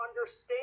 understand